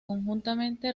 conjuntamente